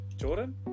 Jordan